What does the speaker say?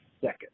second